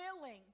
willing